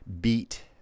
beat